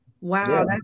Wow